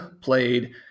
played